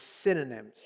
synonyms